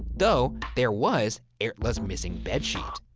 though there was erla's missing bedsheet.